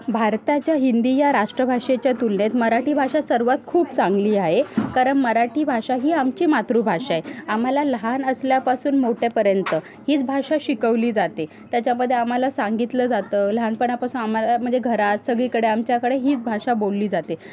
भारताच्या हिंदी या राष्ट्रभाषेच्या तुलनेत मराठी भाषा सर्वात खूप चांगली आहे कारण मराठी भाषा ही आमची मातृभाषा आहे आम्हाला लहान असल्यापासून मोठेपर्यंत हीच भाषा शिकवली जाते त्याच्यामध्ये आम्हाला सांगितलं जातं लहानपणापासून आम्हाला म्हणजे घरात सगळीकडे आमच्याकडे हीच भाषा बोलली जाते